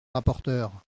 rapporteure